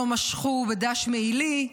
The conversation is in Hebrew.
לא משכו בדש מעילי,